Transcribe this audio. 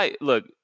look